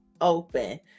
open